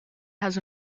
has